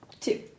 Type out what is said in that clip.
Two